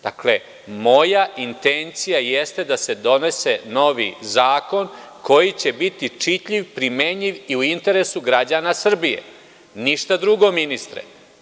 Dakle, moja intencija jeste da se donese novi zakon koji će biti čitljiv, primenjiv i u interesu građana Srbije, ništa drugo, ministre.